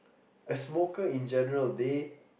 a smoker in general they